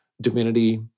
divinity